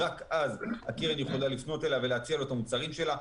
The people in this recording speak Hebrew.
רק אז הקרן יכולה לפנות אליו ולהציע לו את המוצרים שלה.